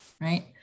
right